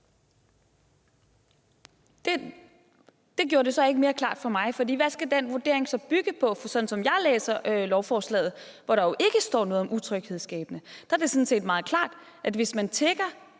Det gjorde det ikke mere klart for mig, for hvad skal den vurdering så bygge på? Sådan som jeg læser lovforslaget, hvor ordet utryghedsskabende ikke er nævnt, er det sådan set meget klart. Hvis man tigger